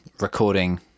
recording